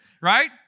right